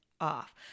off